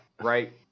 right